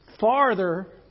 farther